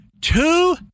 two